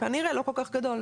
כנראה לא כל כך גדול.